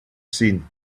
seen